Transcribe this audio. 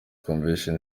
convention